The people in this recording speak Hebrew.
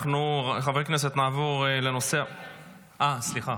חברי הכנסת, נעבור, אה, סליחה.